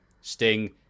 Sting